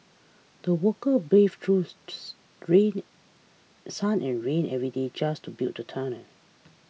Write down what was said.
the workers braved through's green sun and rain every day just to build the tunnel